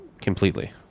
completely